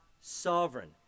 sovereign